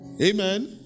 Amen